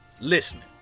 listening